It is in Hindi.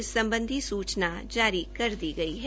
इस सम्बधी सुचना जारी कर दी गई है